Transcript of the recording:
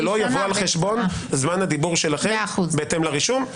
זה לא יבוא על חשבון זמן הדיבור שלכם בהתאם לרישום.